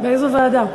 באיזו ועדה?